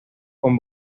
con